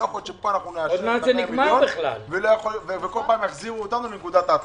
לא ייתכן שכל פעם יחזירו אותנו לנקודת ההתחלה.